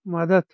مدد